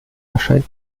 erscheint